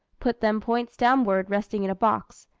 put them points downwards resting in a box,